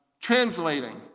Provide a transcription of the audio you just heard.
translating